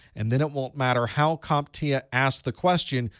and then it won't matter how comptia asks the question.